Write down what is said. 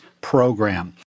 program